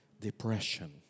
depression